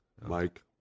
Mike